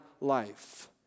life